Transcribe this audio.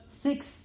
Six